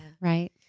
Right